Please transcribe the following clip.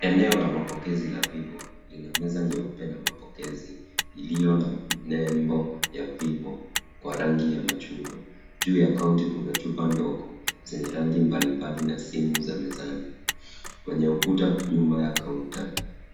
Eneo la mapokezi la Vivo, lina meza nyeupe na mapokezi, iliyo na nembo ya Vivo, kwa rangi ya machungwa. Juu ya kaunti kuna chupa ndogo, zenye rangi mbalimbali na simu za mezani. Kwenye ukuta nyuma ya kaunta,